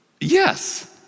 Yes